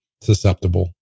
susceptible